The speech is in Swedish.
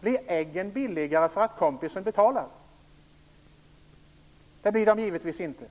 Blir äggen billigare för att kompisen betalar? Nej, det blir de givetvis inte.